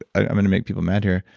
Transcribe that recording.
i'm going to make people mad here.